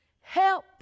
help